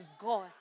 God